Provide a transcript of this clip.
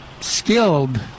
skilled